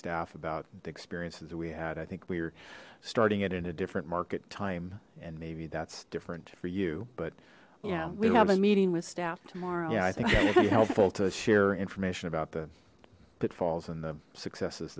staff about the experiences we had i think we're starting it in a different market time and maybe that's different for you but yeah we have a meeting with staff tomorrow yeah i think helpful to share information about the pitfalls and the successes